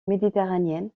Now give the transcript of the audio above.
méditerranéenne